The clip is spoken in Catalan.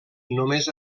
només